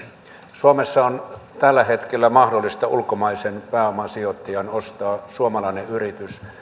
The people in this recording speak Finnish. suomessa on tällä hetkellä mahdollista ulkomaisen pääomasijoittajan ostaa suomalainen yritys